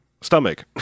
stomach